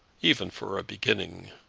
even for a beginning.